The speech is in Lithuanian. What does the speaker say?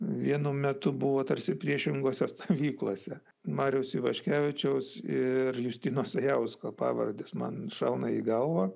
vienu metu buvo tarsi priešingose stovyklose mariaus ivaškevičiaus ir justino sajausko pavardės man šauna į galvą